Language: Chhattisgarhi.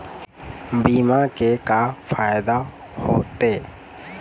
बीमा के का फायदा होते?